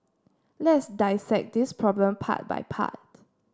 let's dissect this problem part by part